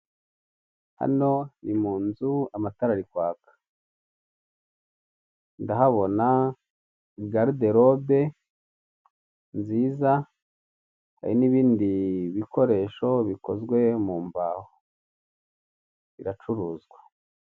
Hano ni mu nzu amatara ari kwaka. Ndahabona garide robe nziza hari n'ibindi bikoresho bikozwe mu mbaho, biracuruzwa.